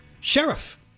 sheriff